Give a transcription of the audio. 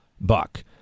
buck